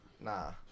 nah